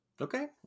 Okay